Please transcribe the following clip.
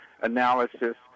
analysis